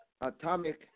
Atomic